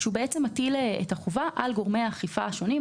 שמטיל את החובה על גורמי האכיפה השונים,